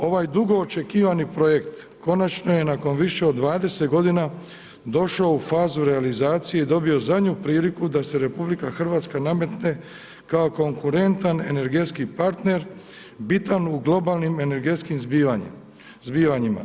Ovaj dugo očekivani projekt konačno je nakon više od 20 godina došao u fazu realizacije i dobio zadnju priliku da se RH nametne kao konkurentan energetski partner bitan u globalnim energetskih zbivanjima.